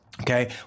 Okay